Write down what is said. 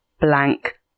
blank